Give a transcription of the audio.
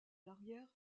l’arrière